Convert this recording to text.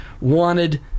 wanted